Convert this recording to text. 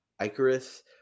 Icarus